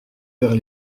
vers